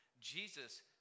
Jesus